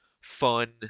fun